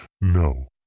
No